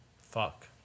fuck